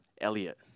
Elliot